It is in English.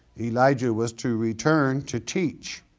elijah was to return to teach,